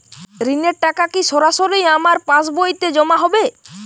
ঋণের টাকা কি সরাসরি আমার পাসবইতে জমা হবে?